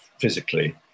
physically